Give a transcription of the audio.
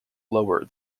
lower